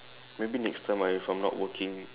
maybe next time ah if I'm not working